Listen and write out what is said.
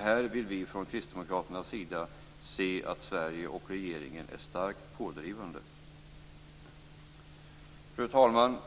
Här vill vi från Kristdemokraternas sida se att Sverige och regeringen är starkt pådrivande. Fru talman!